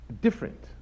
different